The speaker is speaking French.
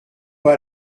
pas